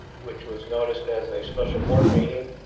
which was noticed as a special board meeting,